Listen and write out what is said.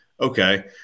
Okay